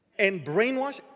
and brainwashed.